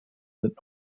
sind